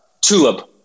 Tulip